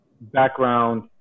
background